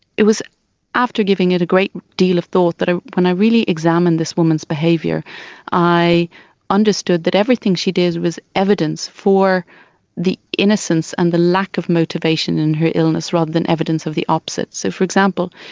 it was after giving it a great deal of thought that ah when i really examined this woman's behaviour i understood that everything she did was evidence for the innocence and the lack of motivation in her illness rather than evidence of the opposite. so, for example,